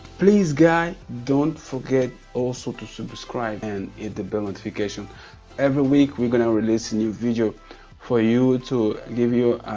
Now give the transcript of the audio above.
please guys don't forget also to subscribe and hit the bell notification every week we're gonna release a new video for you to give you